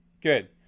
Good